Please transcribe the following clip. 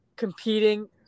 Competing